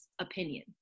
opinion